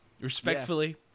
Respectfully